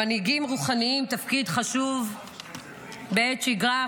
למנהיגים רוחניים תפקיד חשוב בעת שגרה,